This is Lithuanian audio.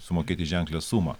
sumokėti ženklią sumą